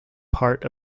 part